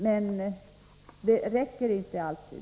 Men det räcker inte alltid.